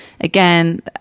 again